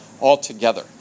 altogether